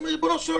ריבונו של עולם,